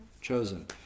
Chosen